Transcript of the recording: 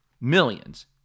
millions